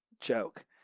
joke